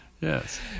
Yes